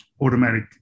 automatic